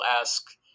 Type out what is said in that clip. ask